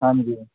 ਹਾਂਜੀ